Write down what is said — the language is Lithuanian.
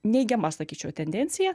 neigiama sakyčiau tendencija